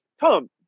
Tom